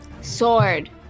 sword